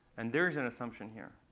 and there's an assumption here.